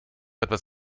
etwas